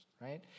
right